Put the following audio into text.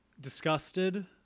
disgusted